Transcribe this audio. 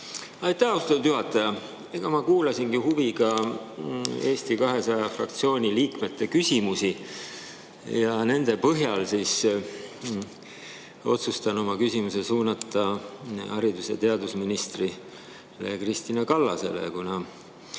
Aitäh, austatud juhataja! Ma kuulasin huviga Eesti 200 fraktsiooni liikmete küsimusi. Nende põhjal otsustan oma küsimuse suunata haridus- ja teadusminister Kristina Kallasele, kuna